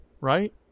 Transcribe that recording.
right